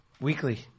weekly